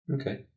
Okay